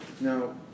Now